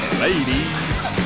ladies